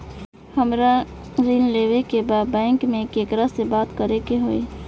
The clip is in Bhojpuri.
हमरा ऋण लेवे के बा बैंक में केकरा से बात करे के होई?